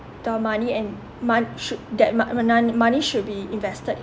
the money and mon~ shou~ that mon~ mone~ money should be invested